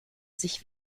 sich